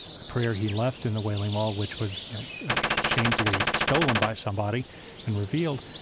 the prayer he left in the wailing wall, which was you know shamefully stolen by somebody and revealed,